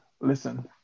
Listen